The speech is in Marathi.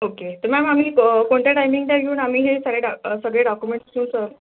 ओके तर मॅम आम्ही को कोणत्या टायमिंगला येऊन आम्ही हे सगळे डा सगळे डाकुमेंट्स देऊ